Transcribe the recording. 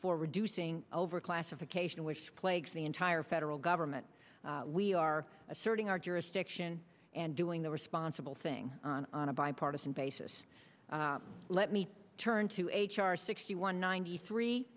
for reducing overclassification which plagues the entire federal government we are asserting our jurisdiction and doing the responsible thing on a bipartisan basis let me turn to a h r sixty one ninety three